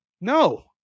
no